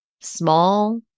small